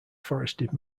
forested